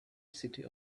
city